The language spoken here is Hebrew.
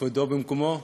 כבודו במקומו,